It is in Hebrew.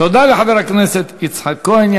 תודה לחבר הכנסת יצחק כהן.